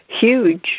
huge